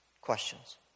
questions